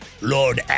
Lord